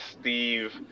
Steve